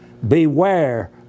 Beware